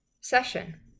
session